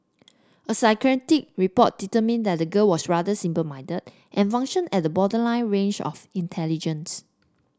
a psychiatric report determined that the girl was rather simple minded and functioned at the borderline range of intelligence